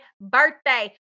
birthday